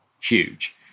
huge